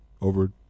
over